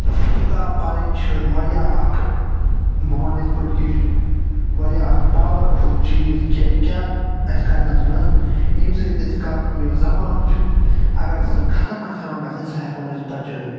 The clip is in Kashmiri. کتاب پرٕنۍ چھِ وارایاہ اکھ بہٕ ؤنہِ یتھ پٲٹھۍ کہِ یہِ چھُ ورایاہ اکھ پاورفل چیٖز کہِ کیٚاہ اسہِ کرنس منٛز ییٚمہِ سۭتۍ أسۍ کانٛہہ یۄس زبان چھِ اگر سۄ ختم آسہِ ہٮ۪وان گژھٕنۍ سۄ ہٮ۪کو أسۍ بچٲوتھ